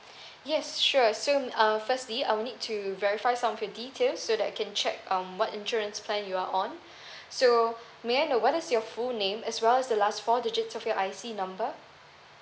yes sure so uh firstly I will need to verify some of your details so that I can check um what insurance plan you are on so may I know what is your full name as well as the last four digit of your I_C number